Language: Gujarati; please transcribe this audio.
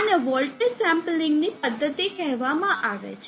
આને વોલ્ટેજ સેમ્પલિંગ ની પદ્ધતિ કહેવામાં આવે છે